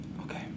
Okay